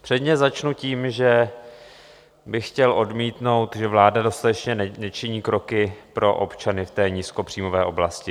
Předně začnu tím, že bych chtěl odmítnout, že vláda dostatečně nečiní kroky pro občany v té nízkopříjmové oblasti.